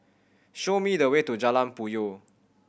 show me the way to Jalan Puyoh